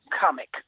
comic